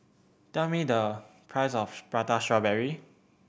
tell me the price of Prata Strawberry